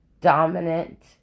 dominant